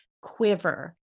quiver